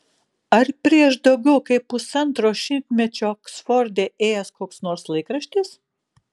ar prieš daugiau kaip pusantro šimtmečio oksforde ėjęs koks nors laikraštis